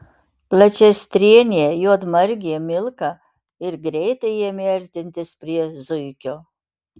plačiastrėnė juodmargė milka ir greitai ėmė artintis prie zuikio